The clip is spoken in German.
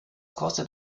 kostet